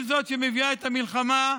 היא שמביאה את המלחמה,